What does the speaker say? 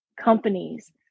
companies